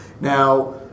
Now